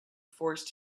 forced